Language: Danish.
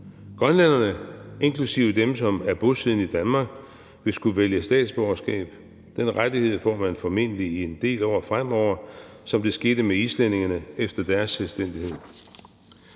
Grønlænderne, inklusive dem, som er bosiddende i Danmark, vil skulle vælge statsborgerskab. Den rettighed får man formentlig i en del år fremover, som det skete med islændingene efter deres selvstændighed.